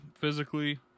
physically